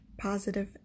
positive